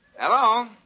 Hello